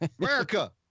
America